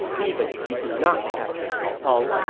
even if you do not capture cao cao,